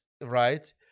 right